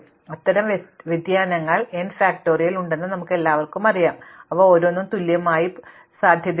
അതിനാൽ അത്തരം വ്യതിയാനങ്ങൾ n ഫാക്റ്റോറിയൽ ഉണ്ടെന്ന് നമുക്കെല്ലാവർക്കും അറിയാം അവ ഓരോന്നും തുല്യമായി സാധ്യതയുണ്ടെന്ന് ഞങ്ങൾ പറയുന്നു